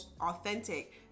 authentic